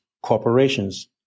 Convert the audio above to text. corporations